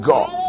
God